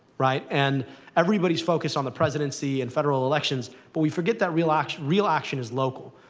right. and everybody is focused on the presidency and federal elections, but we forget that real action real action is local.